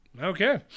Okay